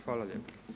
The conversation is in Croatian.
Hvala lijepo!